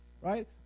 Right